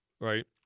right